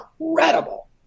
incredible